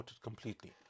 completely